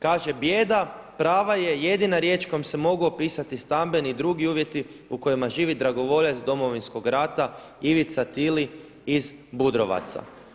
Kaže bijeda prava je jedina riječ kojom se mogu opisati stambeni i drugi uvjeti u kojima živi dragovoljac Domovinskog rata Ivica Tili iz Budrovaca.